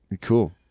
Cool